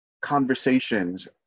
conversations